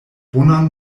bonan